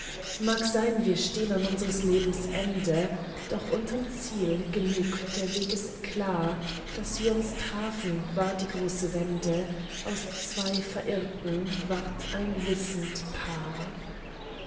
mag sein wir stehn an unsres lebens ende noch unterm ziel genug der weg ist klar daß wir uns trafen war die große wende aus zwei verirrten ward ein wissend paar